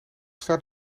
staat